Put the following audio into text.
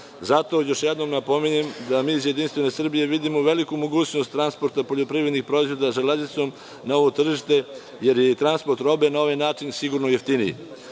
Zato još jednom napominjem da mi iz Jedinstvene Srbije vidimo veliku mogućnost transporta poljoprivrednih proizvoda železnicom na ovom tržište jer je i transport robe na ovaj način sigurno jeftiniji. Moram